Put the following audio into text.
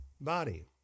body